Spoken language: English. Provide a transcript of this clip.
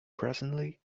presently